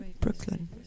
Brooklyn